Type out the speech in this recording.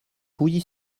pouilly